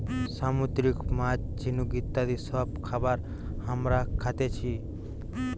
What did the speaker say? সামুদ্রিক মাছ, ঝিনুক ইত্যাদি সব খাবার হামরা খাতেছি